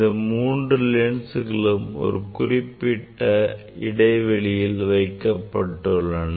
இந்த மூன்று லென்ஸ்களும் ஒரு குறிப்பிட்ட இடைவெளியில் வைக்கப்பட்டுள்ளன